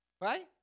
right